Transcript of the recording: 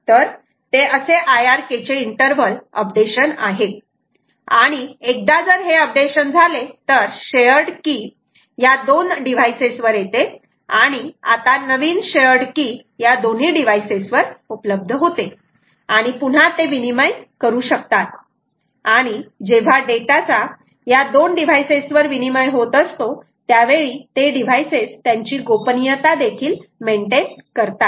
तर ते असे IRK चे इंटरव्हल अपडेशन आहे आणि एकदा जर हे अपडेशन झाले तर शेअर्ड की या दोन डिव्हाइसेस वर येते आणि आता नवीन शेअर्ड की या दोन्ही डिव्हाइसेस वर उपलब्ध होते आणि पुन्हा ते विनिमय करू शकतात आणि जेव्हा डेटा चा या दोन डिव्हाइसेस वर विनिमय होत असतो त्यावेळी ते डिव्हाइसेस त्यांची गोपनीयता देखील मेंटेन करतात